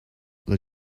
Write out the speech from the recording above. that